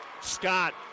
Scott